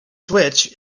switch